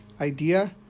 idea